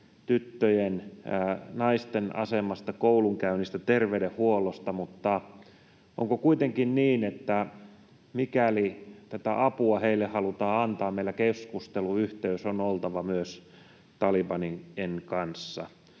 tyttöjen, naisten asemasta, koulunkäynnistä, terveydenhuollosta, mutta onko kuitenkin niin, että mikäli tätä apua heille halutaan antaa, meillä on oltava keskusteluyhteys myös talebanien kanssa